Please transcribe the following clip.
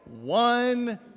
One